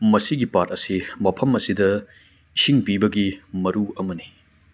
ꯃꯁꯤꯒꯤ ꯄꯥꯠ ꯑꯁꯤ ꯃꯐꯝ ꯑꯁꯤꯗ ꯏꯁꯤꯡ ꯄꯨꯕꯒꯤ ꯃꯔꯨ ꯑꯃꯅꯤ